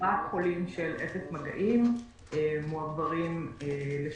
רק חולים של אפס מגעים מועברים לשירות